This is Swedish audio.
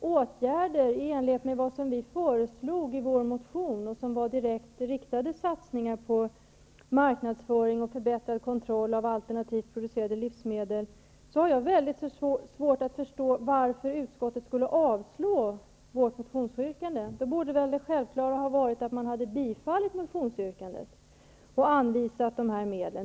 åtgärder i enlighet med vad vi i Vänsterpartiet föreslår i vår motion, nämligen direkt riktade satsningar på marknadsföring och förbättrad kontroll av alternativt producerade livsmedel, har jag svårt att förstå varför utskottet skulle avstyrka vårt motionsyrkande. Då borde det självklara ha varit att utskottet tillstyrkt motionsyrkandet och anvisat medel.